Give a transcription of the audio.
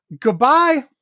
Goodbye